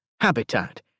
habitat